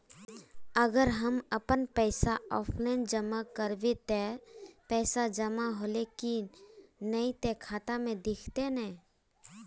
अगर हम अपन पैसा ऑफलाइन जमा करबे ते पैसा जमा होले की नय इ ते खाता में दिखते ने?